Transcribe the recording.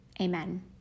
amen